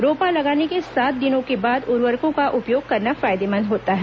रोपा लगाने के सात दिनों के बाद उर्वरकों का उपयोग करना फायदेमंद होता है